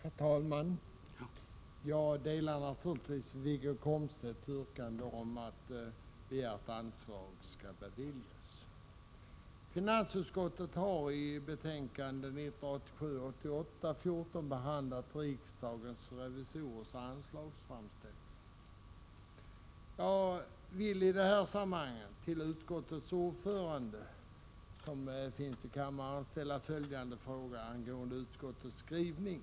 Herr talman! Jag biträder naturligtvis Wiggo Komstedts yrkande om att det begärda anslaget skall beviljas. anslagsframställning. Jag vill i detta sammanhang till utskottets ordförande, Prot. 1987/88:122 som finns i kammaren, ställa en fråga angående utskottets skrivning.